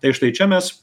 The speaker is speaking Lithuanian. tai štai čia mes